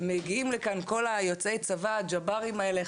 מגיעים לכאן יוצאי צבא חסונים,